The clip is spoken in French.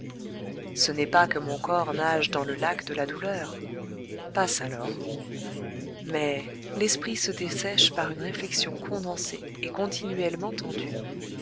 ce n'est pas que mon corps nage dans le lac de la douleur passe alors mais l'esprit se dessèche par une réflexion condensée et continuellement tendue